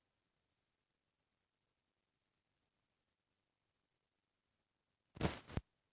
का मैं यू.पी.आई ले अपन मोबाइल के रिचार्ज कर सकथव?